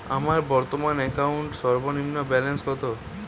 আমার বর্তমান অ্যাকাউন্টের সর্বনিম্ন ব্যালেন্স কত?